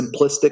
simplistic